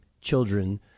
children